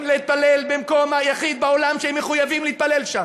להתפלל במקום היחיד בעולם שהם מחויבים להתפלל בו.